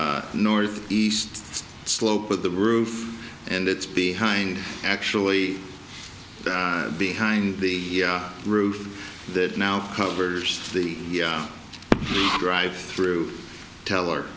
north east slope of the roof and it's behind actually behind the roof that now covers the drive through teller